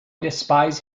despise